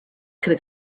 could